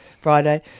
Friday